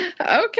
Okay